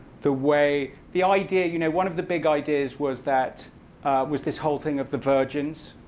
the way the idea you know one of the big ideas was that was this whole thing of the virgins.